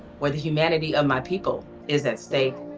where the humanity of my people is at stake,